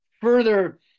further